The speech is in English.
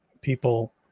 people